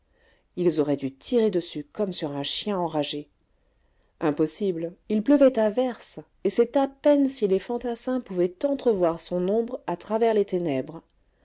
ils auraient dû tirer dessus comme sur un chien enragé impossible il pleuvait à verse et c'est à peine si les fantassins pouvaient entrevoir son ombre à travers les ténèbres